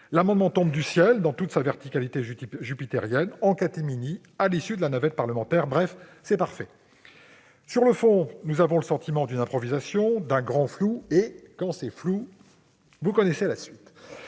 amendement tombe du ciel, dans toute sa verticalité jupitérienne, en catimini, à l'issue de la navette parlementaire. Bref, c'est parfait ! Sur le fond, nous avons le sentiment d'une improvisation, d'un grand flou, et quand c'est flou, vous connaissez la suite